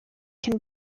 can